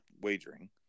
wagering